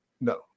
No